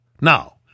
Now